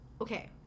Okay